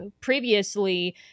previously